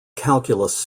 calculus